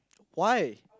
why